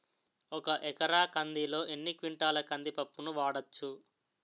ఒక ఎకర కందిలో ఎన్ని క్వింటాల కంది పప్పును వాడచ్చు?